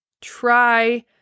Try